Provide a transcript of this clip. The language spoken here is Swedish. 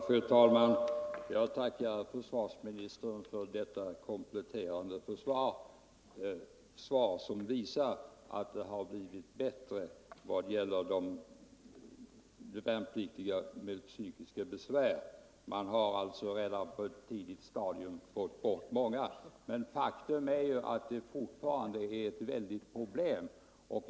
Fru talman! Jag tackar försvarsministern för detta kompletterande svar som visar att det har blivit bättre när det gäller värnpliktiga med psykiska besvär. Man har alltså redan på ett tidigt stadium fått bort många. Men faktum är att detta fortfarande är ett stort problem.